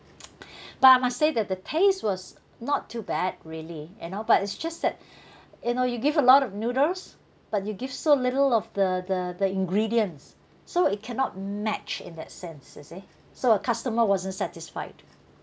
but I must say that the taste was not too bad really you know but it's just that you know you give a lot of noodles but you give so little of the the the ingredients so it cannot match in that sense you see so a customer wasn't satisfied